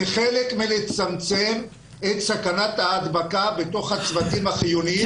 וזה בא כדי לצמצם את סכנת ההדבקה בתוך הצוותים החיוניים.